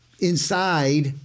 inside